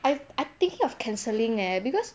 I'm I'm thinking of cancelling leh because